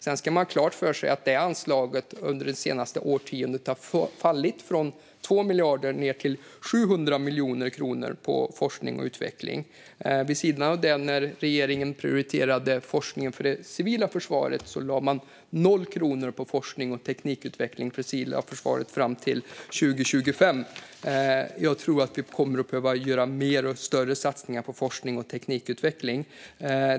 Sedan ska man ha klart för sig att det anslaget till forskning och utveckling under det senaste årtiondet har fallit från 2 miljarder ned till 700 miljoner kronor. Vid sidan av det: När regeringen prioriterade forskningen för det civila försvaret lade man noll kronor på forskning och teknikutveckling för det civila försvaret fram till 2025. Jag tror att vi kommer att behöva göra mer och större satsningar på forskning och teknikutveckling.